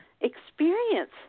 experience